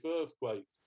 earthquake